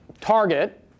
target